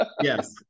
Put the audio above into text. Yes